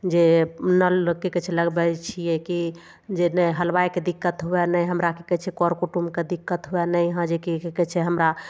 जे नल की कहय छै लगबय छियै कि जे नहि हलवाइके दिक्कत हुवए नहि हमरा की कहय छै कर कुटुमके दिक्कत हुवै नहि यहाँ जे कि की कहय छै हमरा